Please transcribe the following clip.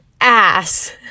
ass